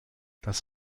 das